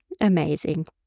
Amazing